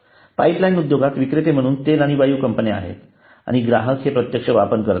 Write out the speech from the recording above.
pipeline उद्योगात विक्रेते म्हणून तेल आणि वायू कंपन्या आहेत आणि ग्राहक हे प्रत्यक्ष वापरकर्ते आहेत